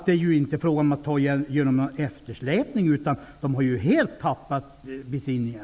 Det är inte fråga om att ta igen någon eftersläpning, utan de har helt tappat besinningen.